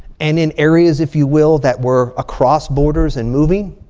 and in areas, if you will, that were across borders and moving?